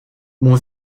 mon